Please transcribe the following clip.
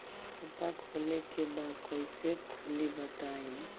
खाता खोले के बा कईसे खुली बताई?